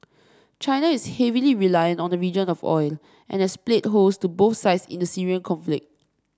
China is heavily reliant on the region of oil and has played host to both sides in the Syrian conflict